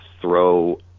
throw